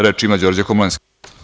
Reč ima Đorđe Komlenski.